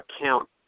account